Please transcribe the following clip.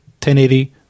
1080